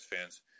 fans